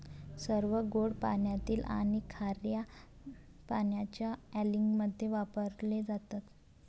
सर्व गोड पाण्यातील आणि खार्या पाण्याच्या अँलिंगमध्ये वापरले जातात